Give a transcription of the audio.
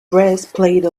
breastplate